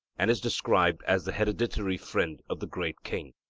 and is described as the hereditary friend of the great king.